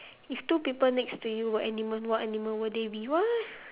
if two people next to you were animal what animal would they be what